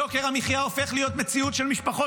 יוקר המחיה הופך להיות מציאות של משפחות